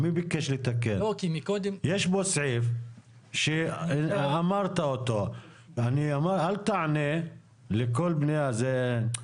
יש קרקע שהייתה חקלאית ועכשיו הפכה לקרקע לבנייה?